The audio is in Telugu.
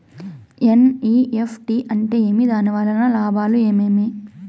ఎన్.ఇ.ఎఫ్.టి అంటే ఏమి? దాని వలన లాభాలు ఏమేమి